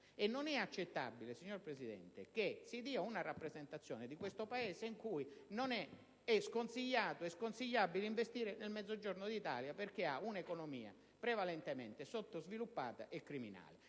Non è accettabile, signor Presidente, che si dia una rappresentazione di questo Paese in cui è sconsigliato e sconsigliabile investire nel Mezzogiorno d'Italia, perché ha un'economia prevalentemente sottosviluppata e criminale.